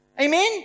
Amen